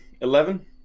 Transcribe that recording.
Eleven